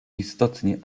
istotnie